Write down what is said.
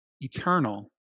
eternal